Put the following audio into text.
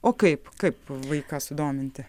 o kaip kaip vaiką sudominti